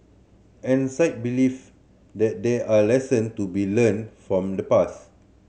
and Singh believe that there are lesson to be learnt from the past